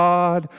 God